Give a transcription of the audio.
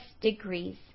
degrees